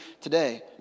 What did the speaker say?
today